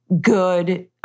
good